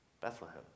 Bethlehem